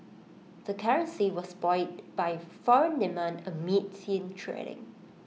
the currency was buoyed by foreign demand amid thin trading